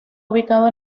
ubicado